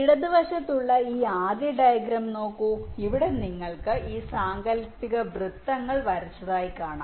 ഇടതുവശത്തുള്ള ഈ ആദ്യ ഡയഗ്രം നോക്കൂ ഇവിടെ നിങ്ങൾക്ക് ഈ സാങ്കൽപ്പിക വൃത്തങ്ങൾ വരച്ചതായി കാണാം